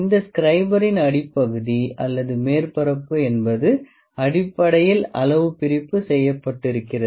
இந்த ஸ்க்ரைபரின் அடிப்பகுதி அல்லது மேற்பரப்பு என்பது அடிப்படையில் அளவு பிரிப்பு செய்யப்பட்டிருக்கிறது